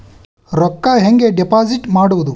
ರೊಕ್ಕ ಹೆಂಗೆ ಡಿಪಾಸಿಟ್ ಮಾಡುವುದು?